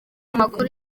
amakuru